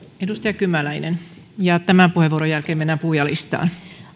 edustaja kymäläinen ja tämän puheenvuoron jälkeen mennään puhujalistaan